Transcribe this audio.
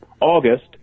august